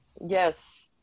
Yes